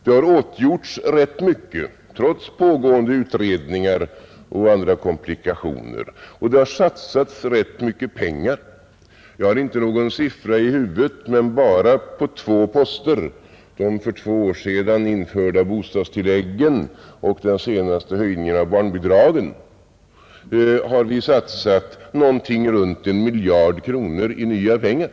Det har åtgjorts rätt mycket trots pågående utredningar och andra komplikationer, och det har satsats rätt mycket pengar. Jag har inte några siffror i huvudet, men bara på två poster — de för två år sedan införda bostadstilläggen och den senaste höjningen av barnbidragen — har vi satsat runt en miljard kronor i nya pengar.